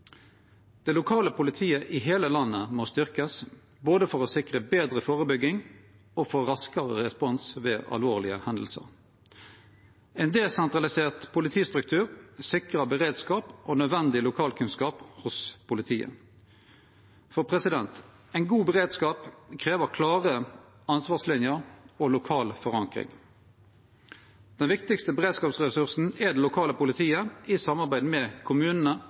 Det lokale politiet i heile landet må styrkjast, både for å sikre betre førebygging og for å få raskare respons ved alvorlege hendingar. Ein desentralisert politistruktur sikrar beredskap og nødvendig lokalkunnskap hos politiet. Ein god beredskap krev klare ansvarslinjer og lokal forankring. Den viktigaste beredskapsressursen er det lokale politiet, i samarbeid med kommunane,